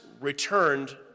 returned